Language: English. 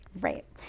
right